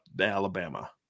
Alabama